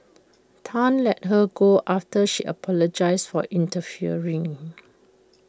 Tan let her go after she apologised for interfering